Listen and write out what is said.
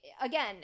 Again